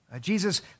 Jesus